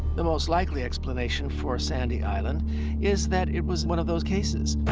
the most likely explanation for sandy island is that it was one of those cases.